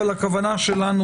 אבל הכוונה שלנו,